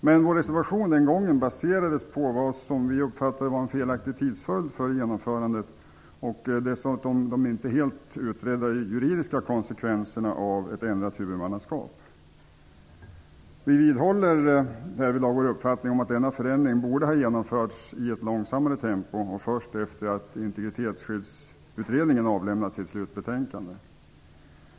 Men vår reservation den gången baserades på vad vi uppfattade som en felaktig tidsföljd för genomförandet och dessutom de inte helt utredda juridiska konsekvenserna av ett ändrat huvudmannaskap. Vi vidhåller härvidlag vår uppfattning om att denna förändring borde ha genomförts i ett långsammare tempo och först efter att integritetsskyddsutredningen avlämnat sitt slutbetänkande.